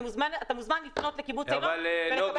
אתה מוזמן לפנות לקיבוץ --- נגה,